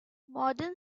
modern